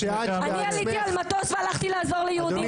אני עליתי על מטוס והלכתי לעזור ליהודים.